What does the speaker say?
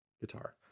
guitar